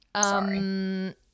Sorry